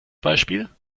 beispiel